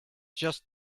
just